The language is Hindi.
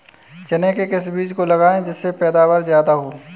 चने के किस बीज को लगाएँ जिससे पैदावार ज्यादा हो?